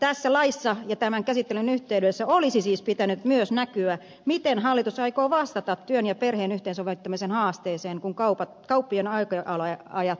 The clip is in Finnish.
tässä laissa ja tämän käsittelyn yhteydessä olisi siis pitänyt myös näkyä miten hallitus aikoo vastata työn ja perheen yhteensovittamisen haasteeseen kun kauppojen aukioloajat etenevät